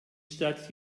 stadt